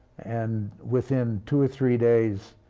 and within two or three days,